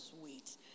sweet